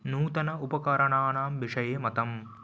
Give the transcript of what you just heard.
नूतनानाम् उपकरणाणां विषये मतम्